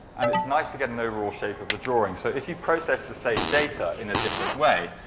and it's nice to get an overall shape of the drawing. so, if you process the same data in a different way,